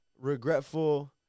regretful